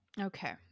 Okay